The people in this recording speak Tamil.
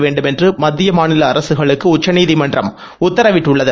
வேண்டுமென்று மத்திய மாநில அரசுகளுக்கு உச்சநீதிமன்றம் உத்தரவிட்டுள்ளது